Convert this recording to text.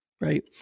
right